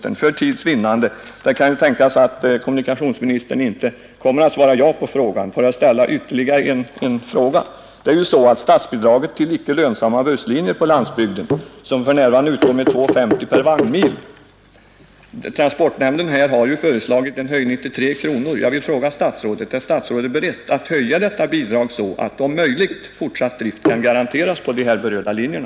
Nu kan det tänkas att kommunikationsministern inte kommer att svara ja på den frågan, och då får jag kanske ställa ytterligare en fråga. Det är ju så att statsbidrag till icke lönsamma busslinjer på landsbygden för närvarande utgår med kr. 2:50 per vagnmil. Transportnämnden har föreslagit en höjning av det bidraget till tre kronor. Jag vill nu fråga: Är kommunikationsministern beredd att höja detta bidrag, så att fortsatt drift om möjligt kan garanteras på de berörda linjerna?